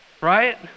Right